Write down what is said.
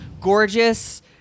gorgeous